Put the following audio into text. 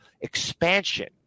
expansion